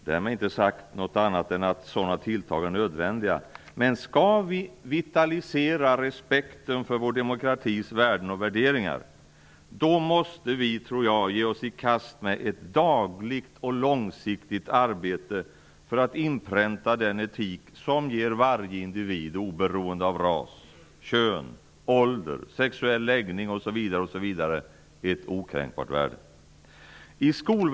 Därmed inte sagt något annat än att sådant är nödvändigt, men skall vi vitalisera respekten för vår demokratis värden och värderingar så tror jag att vi måste ge oss i kast med ett dagligt, långsiktigt arbete för att inpränta den etik som ger varje individ oberoende ras, kön, ålder sexuell läggning o.s.v. ett okränkbart värde.